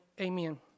Amen